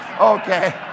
Okay